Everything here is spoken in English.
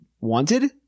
wanted